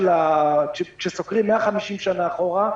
כשסוקרים 150 שנה אחורה,